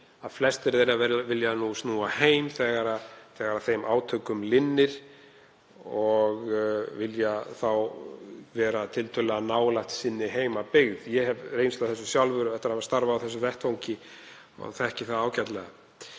flestir snúa heim þegar þeim átökum linnir og vilja þá vera tiltölulega nálægt sinni heimabyggð. Ég hef reynslu af þessu sjálfur eftir að hafa starfað á þessum vettvangi og þekki það ágætlega.